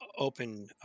open